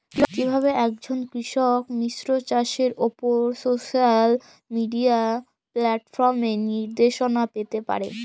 কিভাবে একজন কৃষক মিশ্র চাষের উপর সোশ্যাল মিডিয়া প্ল্যাটফর্মে নির্দেশনা পেতে পারে?